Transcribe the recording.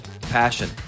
passion